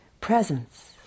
presence